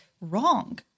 wrong